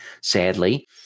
Sadly